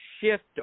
shift